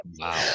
wow